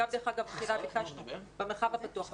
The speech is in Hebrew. דרך אגב, בהתחלה ביקשנו במרחב הפתוח.